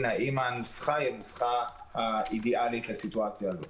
האם זו הנוסחה האידיאלית לסיטואציה הזאת.